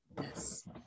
Yes